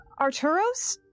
Arturos